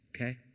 okay